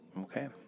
Okay